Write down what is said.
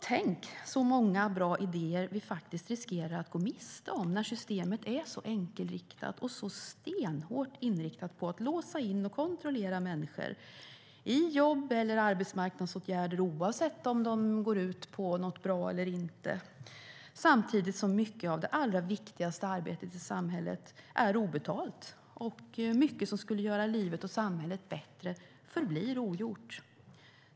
Tänk, så många bra idéer vi riskerar att gå miste om när systemet är så enkelriktat och så stenhårt inriktat på att låsa in och kontrollera människor i jobb eller i arbetsmarknadsåtgärder, oavsett om de går ut på något bra eller inte. Samtidigt är mycket av det allra viktigaste arbetet i samhället obetalt. Mycket av det som skulle göra livet och samhället bättre förblir ogjort.